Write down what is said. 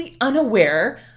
unaware